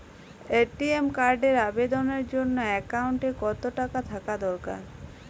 ATM কার্ডের আবেদনের জন্য অ্যাকাউন্টে কতো টাকা থাকা দরকার?